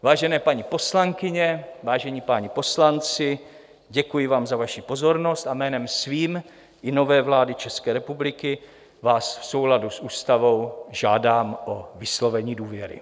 Vážené paní poslankyně, vážení páni poslanci, děkuji vám za vaši pozornost a jménem svým i nové vlády České republiky vás v souladu s ústavou žádám o vyslovení důvěry.